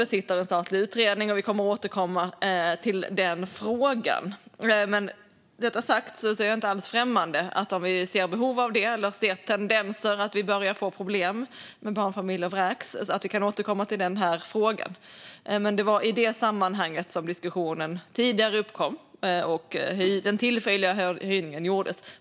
Det har tillsatts en statlig utredning, och vi kommer att återkomma till den frågan. Extra ändringsbudget för 2021 - Förlängda ersättningar på sjuk-försäkringsområdet, stöd till företag och andra åtgärder med anledning av corona-viruset Med detta sagt är jag inte alls främmande för att, om vi ser behov av det eller tendenser till att vi börjar få problem med att barnfamiljer vräks, återkomma till frågan. Det var i detta sammanhang som diskussionen tidigare uppkom och den tillfälliga höjningen gjordes.